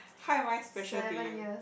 how am I special to you